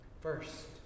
First